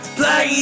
play